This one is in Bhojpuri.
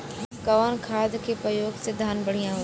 कवन खाद के पयोग से धान बढ़िया होई?